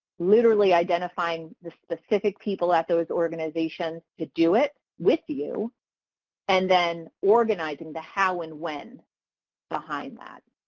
literally identifying the specific people at those organizations to do it with you and then organizing the how and when behind that.